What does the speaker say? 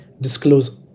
disclose